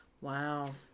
Wow